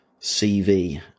CV